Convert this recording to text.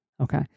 Okay